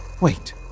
Wait